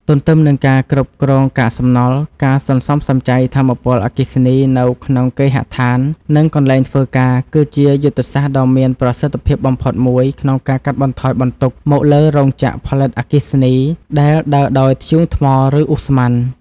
ទន្ទឹមនឹងការគ្រប់គ្រងកាកសំណល់ ការសន្សំសំចៃថាមពលអគ្គិសនីនៅក្នុងគេហដ្ឋាន និងកន្លែងធ្វើការ គឺជាយុទ្ធសាស្ត្រដ៏មានប្រសិទ្ធភាពបំផុតមួយក្នុងការកាត់បន្ថយបន្ទុកមកលើរោងចក្រផលិតអគ្គិសនីដែលដើរដោយធ្យូងថ្ម ឬឧស្ម័ន។